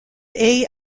est